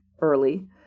early